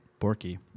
Borky